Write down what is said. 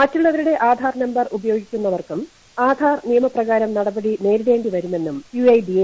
മറ്റുള്ളവരുടെ ആധാർ ന്യൂർ ഉപയോഗിക്കുന്നവർക്കും ആധാർ നിയമപ്രകാരം നടപടി നേരിടേണ്ടിവരുമെന്നും യു ഐ ഡി എ